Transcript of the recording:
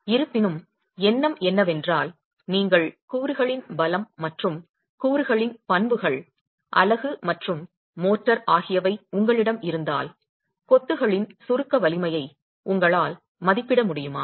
இருப்பினும் எண்ணம் என்னவென்றால் நீங்கள் கூறுகளின் பலம் மற்றும் கூறுகளின் பண்புகள் அலகு மற்றும் மோர்டார் ஆகியவை உங்களிடம் இருந்தால் கொத்துகளின் சுருக்க வலிமையை உங்களால் மதிப்பிட முடியுமா